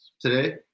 today